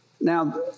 Now